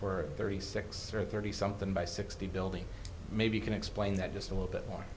for thirty six or thirty something by sixty buildings maybe you can explain that just a little bit more